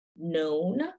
known